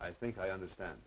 i think i understand